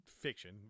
fiction